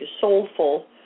soulful